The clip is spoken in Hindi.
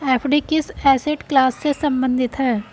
एफ.डी किस एसेट क्लास से संबंधित है?